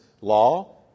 law